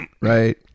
Right